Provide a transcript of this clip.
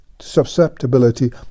susceptibility